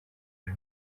ejo